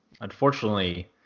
unfortunately